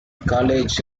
college